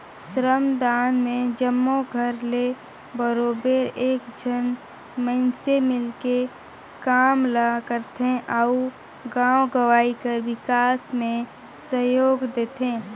श्रमदान में जम्मो घर ले बरोबेर एक झन मइनसे मिलके काम ल करथे अउ गाँव गंवई कर बिकास में सहयोग देथे